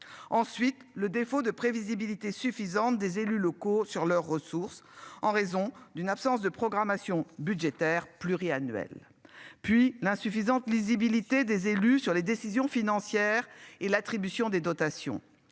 ensuite le défaut de prévisibilité suffisante des élus locaux sur leurs ressources en raison d'une absence de programmation budgétaire pluriannuelle puis l'insuffisante lisibilité des élus sur les décisions financières et l'attribution des dotations